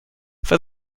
for